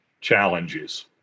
challenges